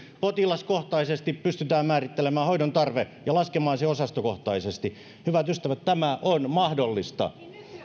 potilaskohtaisesti pystytään määrittelemään hoidontarve ja laskemaan se osastokohtaisesti hyvät ystävät tämä on mahdollista